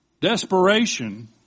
Desperation